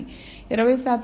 20 శాతం నమూనాలు 0